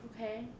Okay